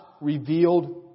revealed